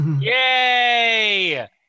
Yay